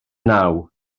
naw